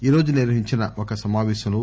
ఈ రోజు నిర్వహించిన ఒక సమాపేశంలో